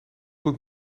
goed